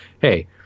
hey